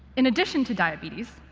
in addition to diabetes,